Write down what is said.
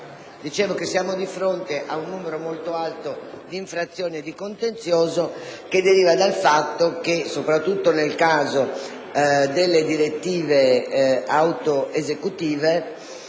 Dicevo che ci troviamo di fronte ad un numero molto alto di infrazioni e di contenziosi che derivano dal fatto che, soprattutto nel caso delle direttive autoesecutive,